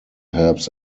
helps